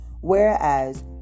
whereas